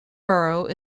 borough